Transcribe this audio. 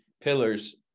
pillars